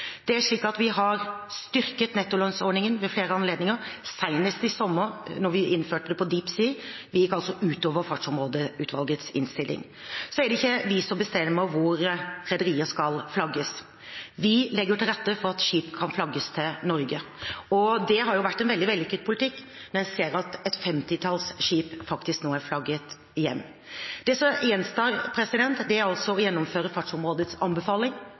Det er slik at vi har styrket nettolønnsordningen ved flere anledninger, senest i sommer, da vi innførte det på «deep sea». Vi gikk altså utover Fartsområdeutvalgets innstilling. Så er det ikke vi som bestemmer hvor rederier skal flagges. Vi legger til rette for at skip kan flagges til Norge. Det har vært en veldig vellykket politikk når en ser at et femtitalls skip faktisk nå er flagget hjem. Det som gjenstår, er å gjennomføre Fartsområdeutvalgets anbefaling